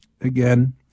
Again